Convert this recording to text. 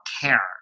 care